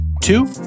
Two